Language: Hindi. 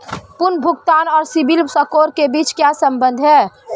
पुनर्भुगतान और सिबिल स्कोर के बीच क्या संबंध है?